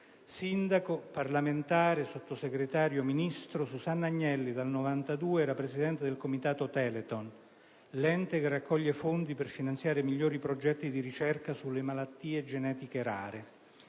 Sindaco, parlamentare, sottosegretario, ministro, Susanna Agnelli dal 1992 era presidente del Comitato Telethon, l'ente che raccoglie fondi per finanziare i migliori progetti di ricerca sulle malattie genetiche rare.